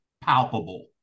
palpable